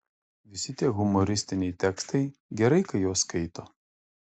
visi tie humoristiniai tekstai gerai kai juos skaito